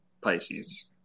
Pisces